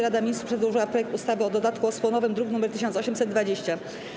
Rada Ministrów przedłożyła projekt ustawy o dodatku osłonowym, druk nr 1820.